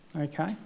Okay